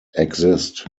exist